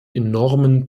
enormen